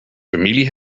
familie